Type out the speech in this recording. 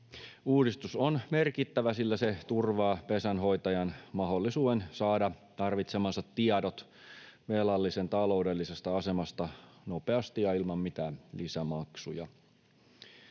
Uudistus on merkittävä, sillä se turvaa pesänhoitajan mahdollisuuden saada tarvitsemansa tiedot velallisen taloudellisesta asemasta nopeasti ja ilman mitään lisämaksuja.